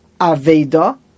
aveda